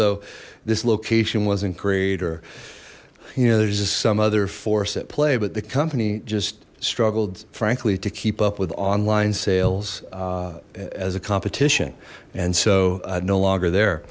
though this location wasn't great or you know there's some other force at play but the company just struggled frankly to keep up with online sales as a competition and so no longer there